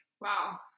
Wow